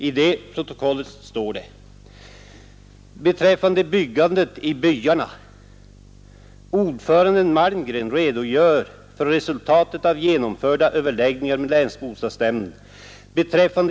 I detta protokoll står det: ”Ordföranden Palmgren redogör för resultatet av genomförda överläggningar med länsbostadsnämnden betr.